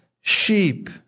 sheep